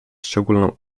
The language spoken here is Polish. szczególną